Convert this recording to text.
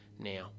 now